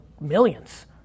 millions